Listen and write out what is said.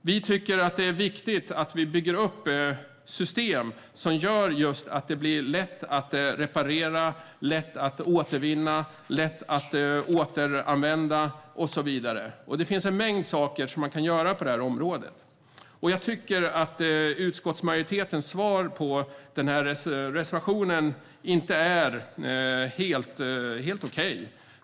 Vi tycker att det är viktigt att det byggs upp system som gör det lätt att reparera, återvinna, återanvända och så vidare. Det kan göras en mängd saker på detta område. Jag tycker att utskottsmajoritetens svar på reservationen inte är helt okej.